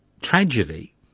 tragedy